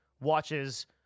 watches